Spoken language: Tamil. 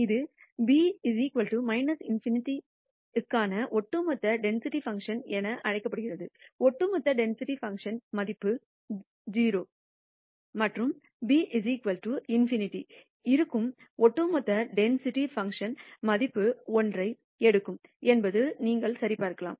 இது b ∞ க்கான ஒட்டுமொத்த டென்சிட்டி பங்க்ஷன் என அழைக்கப்படுகிறது ஒட்டுமொத்த டென்சிட்டி பங்க்ஷன்மதிப்பு 0 மற்றும் b ∞ ஆக இருக்கும் ஒட்டுமொத்த டென்சிட்டி பங்க்ஷன் மதிப்பு ஒன்றை எடுக்கும் என்பதை நீங்கள் சரிபார்க்கலாம்